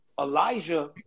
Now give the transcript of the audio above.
Elijah